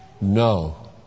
No